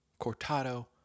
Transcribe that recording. Cortado